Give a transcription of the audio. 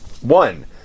One